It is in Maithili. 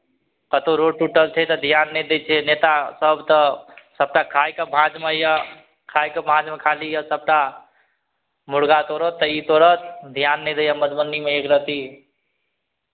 कतहु रोड टूटल छै तऽ ध्यान नहि दै छै नेतासभ तऽ सभटा खायके भाँजमे यए खायके भाँजमे खाली यए सभटा मुर्गा तोड़त तऽ ई तोड़त ध्यान नहि दैए मधुबनीमे एक रत्ती